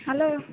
hello